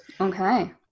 okay